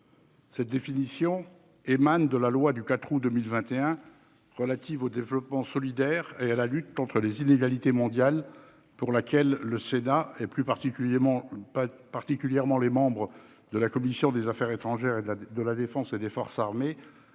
Cette définition résulte de la loi du 4 août 2021 relative au développement solidaire et à la lutte contre les inégalités mondiales, pour laquelle le Sénat, et plus particulièrement les membres de la commission des affaires étrangères, de la défense et des forces armées,